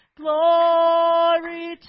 glory